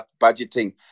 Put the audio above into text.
budgeting